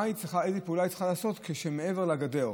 איזו פעולה היא צריכה לעשות כשמעבר לגדר,